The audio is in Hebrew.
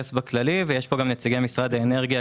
פה גם נציגי משרד האנרגיה,